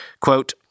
Quote